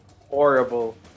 Horrible